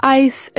ice